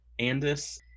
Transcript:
Andis